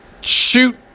shoot